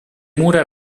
mura